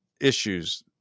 issues